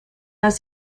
las